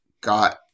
got